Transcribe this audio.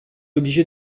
obligé